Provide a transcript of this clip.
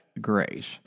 grace